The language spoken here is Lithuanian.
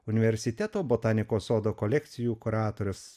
universiteto botanikos sodo kolekcijų kuratorius